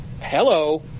hello